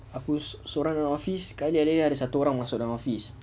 aku seorang dalam office sekali alih-alih ada satu orang masuk dalam office